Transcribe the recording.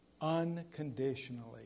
unconditionally